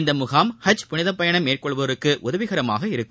இந்த முகாம் ஹஜ் புனிதப் பயணம் மேற்கொள்வோருக்கு உதவியாக இருக்கும்